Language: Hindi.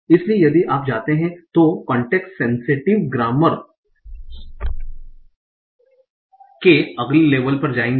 इसलिए यदि आप जाते हैं तो कांटेक्स्ट सेंसेटिव ग्रामर्स के अगले लेबल पर जाएँगे